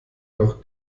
noch